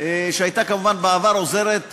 שהייתה כמובן בעבר עוזרת שלי,